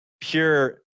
pure